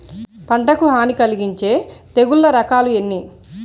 పంటకు హాని కలిగించే తెగుళ్ల రకాలు ఎన్ని?